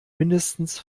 mindestens